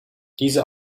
diese